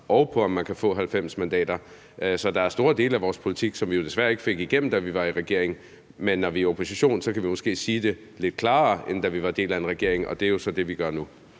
og på, om man kan få 90 mandater. Så der er store dele af vores politik, som vi jo desværre ikke fik igennem, da vi var i regering. Men når vi er i opposition, kan vi måske sige det lidt klarere, end da vi var en del af en regering, og det er jo så det, vi gør nu.